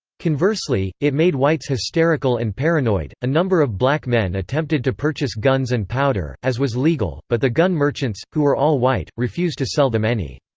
conversely, it made whites hysterical and paranoid a number of black men attempted to purchase guns and powder, as was legal, but the gun merchants, who were all white, refused to sell them any.